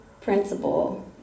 principle